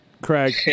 Craig